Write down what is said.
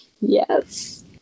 yes